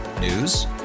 News